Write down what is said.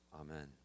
amen